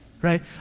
right